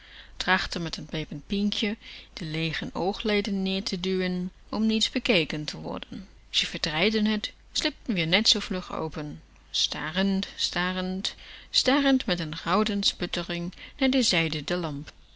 trachtte met n bevend pinkje de leeren oogleden neer te duwen om niet b e k e k e n te worden ze verdraaiden t slipten weer net zoo vlug open starend starend starend met n gouden sputtering naar de zijde der lamp